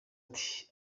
ari